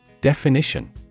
Definition